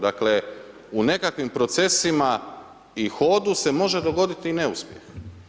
Dakle, u nekakvim procesima i hodu se može dogoditi i neuspjeh.